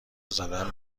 زدن